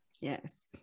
Yes